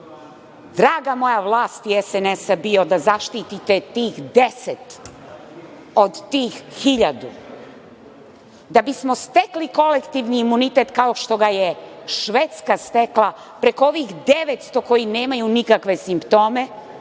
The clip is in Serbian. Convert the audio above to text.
draga moja vlasti SNS bio da zaštite tih 10, od tih 1000, da bismo stekli kolektivni imunitet, kao što ga je Švedska stekla, preko ovih 900 koji nemaju nikakve simptome